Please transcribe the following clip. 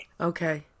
Okay